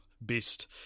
best